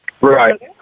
Right